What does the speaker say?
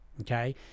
okay